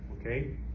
Okay